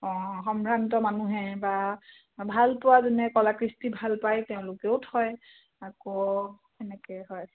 অঁ সম্ভ্ৰান্ত মানুহে বা ভাল পোৱা যোনে কলাকৃষ্টি ভাল পায় তেওঁলোকেও থয় আকৌ তেনেকৈ হয়